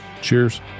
cheers